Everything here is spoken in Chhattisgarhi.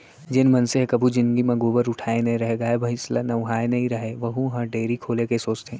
जेन मनसे ह कभू जिनगी म गोबर उठाए नइ रहय, गाय भईंस ल नहवाए नइ रहय वहूँ ह डेयरी खोले के सोचथे